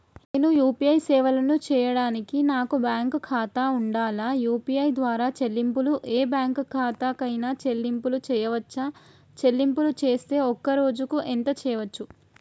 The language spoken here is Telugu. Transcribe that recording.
నేను యూ.పీ.ఐ సేవలను చేయడానికి నాకు బ్యాంక్ ఖాతా ఉండాలా? యూ.పీ.ఐ ద్వారా చెల్లింపులు ఏ బ్యాంక్ ఖాతా కైనా చెల్లింపులు చేయవచ్చా? చెల్లింపులు చేస్తే ఒక్క రోజుకు ఎంత చేయవచ్చు?